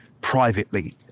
privately